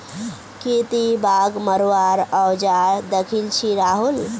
की ती बाघ मरवार औजार दखिल छि राहुल